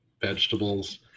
vegetables